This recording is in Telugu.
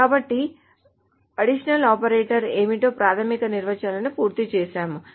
కాబట్టి అడిషనల్ ఆపరేటర్లు ఏమిటో ప్రాథమిక నిర్వచనాలను పూర్తి చేశాము